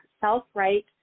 self-right